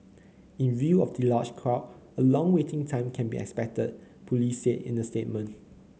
in view of the large crowd a long waiting time can be expected police said in a statement